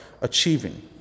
achieving